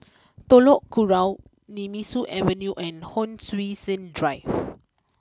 Telok Kurau Nemesu Avenue and Hon Sui Sen Drive